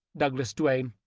douglas duane,